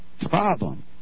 problem